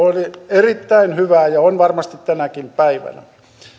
erittäin hyvää ja on varmasti tänäkin päivänä